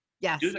Yes